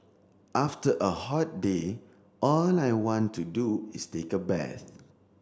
after a hot day all I want to do is take a bath